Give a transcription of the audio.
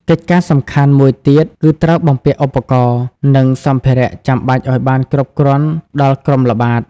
កិច្ចការសំខាន់មួយទៀតគឺត្រូវបំពាក់ឧបករណ៍ និងសម្ភារៈចាំបាច់ឲ្យបានគ្រប់គ្រាន់ដល់គ្រប់ក្រុមល្បាត។